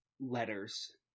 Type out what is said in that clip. letters